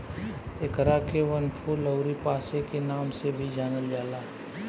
एकरा के वनफूल अउरी पांसे के नाम से भी जानल जाला